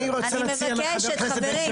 אני רוצה להציע לחבר הכנסת בן גביר,